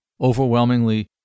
overwhelmingly